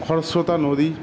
খরস্বতা নদী